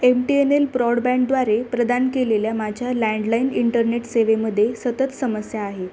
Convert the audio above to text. M T N L ब्रॉडबँडद्वारे प्रदान केलेल्या माझ्या लँडलाइन इंटरनेट सेवेमध्ये सतत समस्या आहे